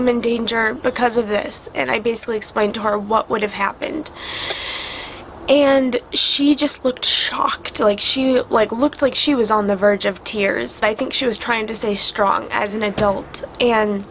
am in danger because of this and i basically explained to her what would have happened and she just looked shocked like she looked like she was on the verge of tears so i think she was trying to stay strong as an adult and